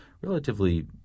relatively